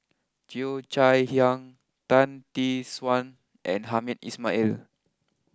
Cheo Chai Hiang Tan Tee Suan and Hamed Ismail